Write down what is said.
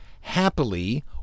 happily